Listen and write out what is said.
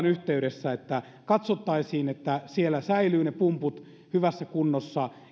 yhteydessä ja katsottaisiin että siellä säilyvät ne pumput hyvässä kunnossa